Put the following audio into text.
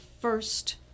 first